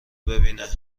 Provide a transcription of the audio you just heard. ببینه